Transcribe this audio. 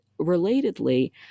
relatedly